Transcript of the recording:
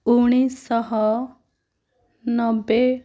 ଉଣେଇଶଶହ ନବେ